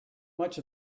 much